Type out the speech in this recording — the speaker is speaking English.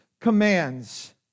commands